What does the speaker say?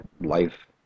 life